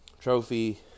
trophy